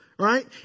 Right